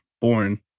born